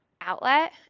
outlet